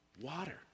water